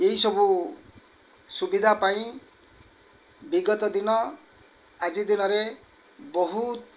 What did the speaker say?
ଏଇସବୁ ସୁବିଧା ପାଇଁ ବିଗତ ଦିନ ଆଜି ଦିନରେ ବହୁତ୍